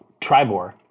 ...Tribor